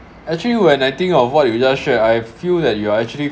actually when I think of what you just shared I feel that you are actually